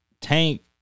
Tank